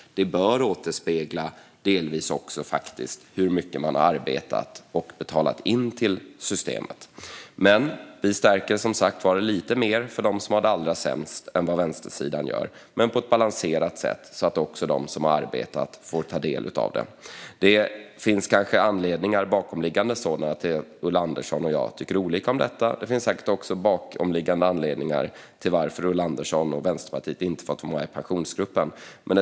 Det bör delvis återspegla hur mycket man har arbetat och betalat in till systemet. Vi stärker som sagt var lite mer för dem som har det allra sämst än vad vänstersidan gör. Men vi gör det på ett balanserat sätt så att också de som har arbetat får ta del av det. Det finns kanske bakomliggande anledningar till att Ulla Andersson och jag tycker olika om detta. Det finns säkert också bakomliggande anledningar till att Ulla Andersson och Vänsterpartiet inte har fått vara med i Pensionsgruppen.